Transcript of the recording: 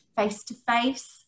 face-to-face